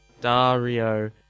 Dario